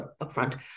upfront